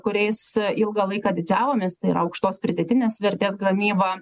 kuriais ilgą laiką didžiavomės tai yra aukštos pridėtinės vertės gamyba